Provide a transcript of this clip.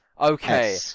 okay